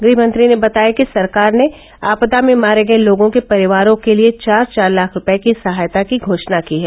गृहमंत्री ने बताया कि सरकार ने आपदा में मारे गये लोगों के परिवारों के लिए चार चार लाख रुपये की सहायता की घोषणा की है